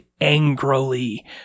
angrily